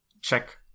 check